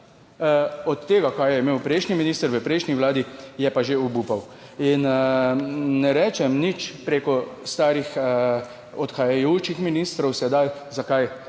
od tega kar je imel prejšnji minister v prejšnji vladi, je pa že obupal. In ne rečem nič preko starih odhajajočih ministrov. Sedaj, zakaj? Zaradi